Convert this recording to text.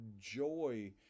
joy